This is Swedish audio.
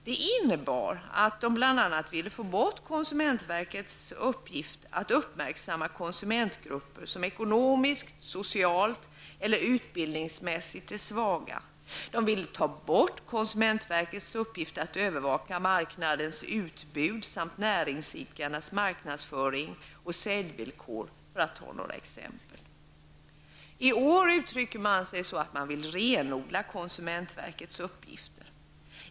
Det innebar att de bl.a. ville få bort konsumentverkets uppgift att uppmärksamma konsumentgrupper som ekonomiskt, socialt eller utbildningsmässigt är svaga. De ville ta bort konsumentverkets uppgift att övervaka marknadens utbud samt näringsidkarnas marknadsföring och säljvillkor, för att ta några exempel. I år uttrycker man sig på så sätt, att man vill renodla konsumentverkets uppgifter.